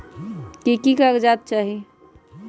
की की कागज़ात चाही?